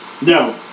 No